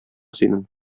синең